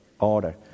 Order